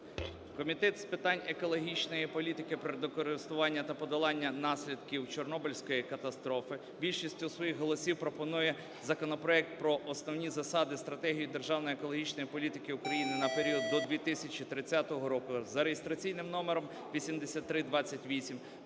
Комітет з питань екологічної політики, природокористування та подолання наслідків Чорнобильської катастрофи більшістю своїх голосів пропонує законопроект про Основні засади (стратегію) державної екологічної політики України на період до 2030 року за реєстраційним номером 8328,